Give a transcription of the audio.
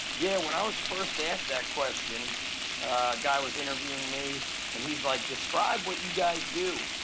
yeah, when i was first asked that question, a guy was interviewing me and he's like, describe what you guys do,